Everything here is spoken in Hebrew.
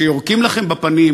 כשיורקים לכם בפנים,